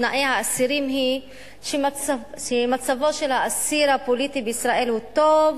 בתנאי האסירים היא שמצבו של האסיר הפוליטי בישראל הוא טוב,